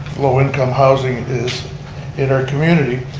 low income housing is in our community.